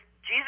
jesus